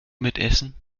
mitessen